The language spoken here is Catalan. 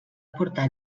portar